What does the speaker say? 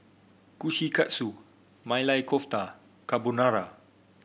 Kushikatsu Maili Kofta Carbonara